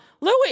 louis